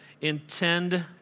intend